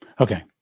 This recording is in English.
Okay